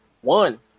one